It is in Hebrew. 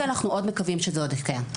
כי אנחנו עוד מקווים שזה עוד יתקיים.